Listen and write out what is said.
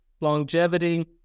longevity